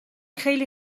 خیلی